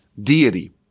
deity